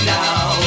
now